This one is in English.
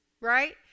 right